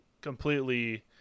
completely